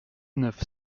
neuf